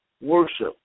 worship